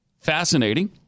Fascinating